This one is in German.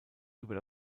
über